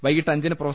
വൈകിട്ട് അഞ്ചിന് പ്രൊഫ